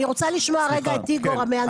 אני רוצה לשמוע את איגור המהנדס,